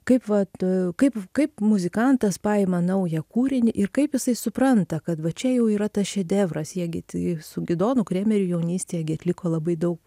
kaip vat kaip kaip muzikantas paima naują kūrinį ir kaip jisai supranta kad va čia jau yra tas šedevras jie gi ti su gidonu kremeriu jaunystėje gi atliko labai daug